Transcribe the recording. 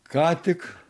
ką tik